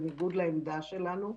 בניגוד לעמדה שלנו.